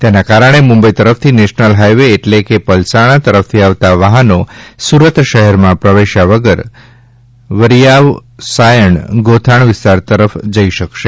તેના કારણે મુંબઇ તરફથી નેશનલ હાઇવે એટલે કે પલસાણા તરફથી આવતા વાહનો સુરત શહેરમાં પ્રવેશ્યા વગર વરીયાવ સાયણ ગોથાણ વિસ્તાર તરફ જઇ શકશે